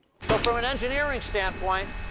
so from an engineering standpoint,